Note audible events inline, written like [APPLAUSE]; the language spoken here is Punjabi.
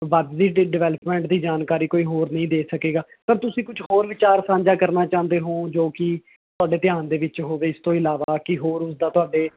ਵਧਦੀ ਡਿ [UNINTELLIGIBLE] ਡਿਵਲਪਮੈਂਟ ਦੀ ਜਾਣਕਾਰੀ ਕੋਈ ਹੋਰ ਨਹੀਂ ਦੇ ਸਕੇਗਾ ਤਾਂ ਤੁਸੀਂ ਕੋਈ ਕੁੱਝ ਹੋਰ ਵਿਚਾਰ ਸਾਂਝਾ ਕਰਨਾ ਚਾਹੁੰਦੇ ਹੋ ਜੋ ਕੀ ਤੁਹਾਡੇ ਧਿਆਨ ਦੇ ਵਿੱਚ ਹੋਵੇ ਇਸਤੋਂ ਇਲਾਵਾ ਕੀ ਹੋਰ ਉਸਦਾ ਤੁਹਾਡੇ